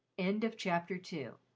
end of chapter two